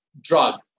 drug